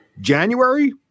January